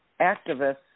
activists